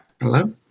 Hello